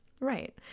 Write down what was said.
right